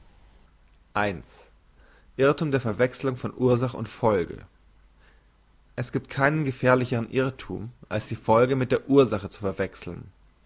irrthum der verwechslung von ursache und folge es giebt keinen gefährlicheren irrthum als die folge mit der ursache zu verwechseln